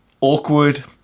awkward